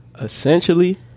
Essentially